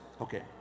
okay